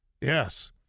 yes